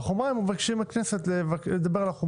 בחומרה הם מבקשים מהכנסת לדבר עליה.